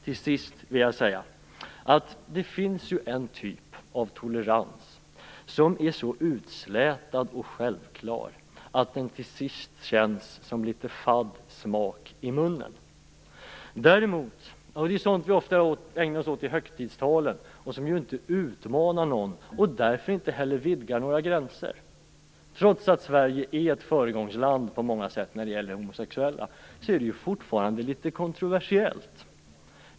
Jag vill säga att det finns en typ av tolerans som är så utslätad och självklar att den till sist känns som en litet fadd smak i munnen. Det är sådant vi ofta ägnar oss åt i högtidstal. Det utmanar inte någon, och därför vidgar det inte heller några gränser. Trots att Sverige är ett föregångsland på många sätt när det gäller homosexuella är det fortfarande litet kontroversiellt.